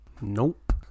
Nope